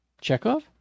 Chekhov